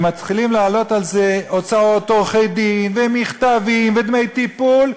הם מתחילים להעלות על זה הוצאות עורכי-דין ומכתבים ודמי טיפול,